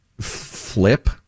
Flip